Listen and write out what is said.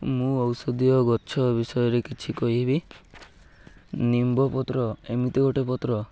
ମୁଁ ଔଷଧୀୟ ଗଛ ବିଷୟରେ କିଛି କହିବି ନିମ୍ବ ପତ୍ର ଏମିତି ଗୋଟେ ପତ୍ର